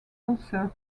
ulcer